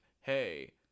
hey